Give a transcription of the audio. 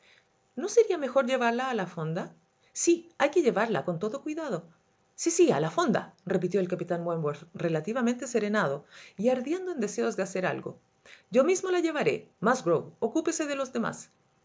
no sería mejor llevarla a la fonda sí hay que llevarla con todo cuidado sí sí a la fondarepitió el capitán wentworth relativamente serenado y ardiendo en deseos de hacer algo yo mismo la llevaré musgrove ocúpese de los demás